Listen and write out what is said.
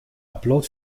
upload